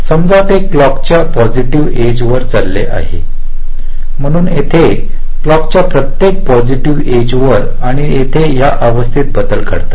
समजा ते क्लॉक च्या पॉसिटीव्ह एज वर चालले आहे म्हणून येथे क्लॉक च्या प्रत्येक पॉसिटीव्ह एज वर आणि येथे या अवस्थेत बदल घडतात